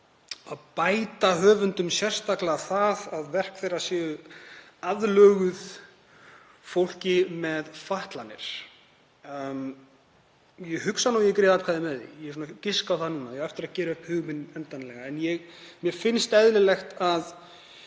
að bæta höfundum sérstaklega það að verk þeirra séu aðlöguð fólki með fatlanir. Ég hugsa nú að ég greiði atkvæði með málinu, ég giska á það núna. Ég á eftir að gera upp hug minn endanlega en mér finnst eðlilegt að